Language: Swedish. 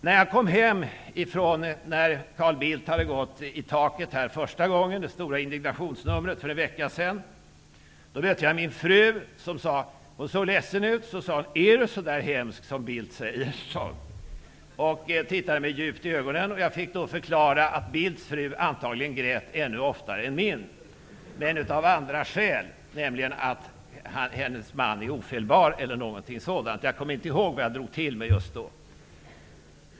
När jag kom hem efter den dagen då Carl Bildt gick i taket första gången -- det stora indignationsnumret för en vecka sedan -- mötte jag min fru som såg ledsen ut, tittade mig djupt i ögonen och sade: Är du så där hemsk som Bildt säger? Jag förklarade då att Carl Bildts fru antagligen grät ännu oftare än min, men av andra skäl, nämligen för att hennes man är ofelbar eller någonting sådant -- jag kommer inte i håg vad jag drog till med.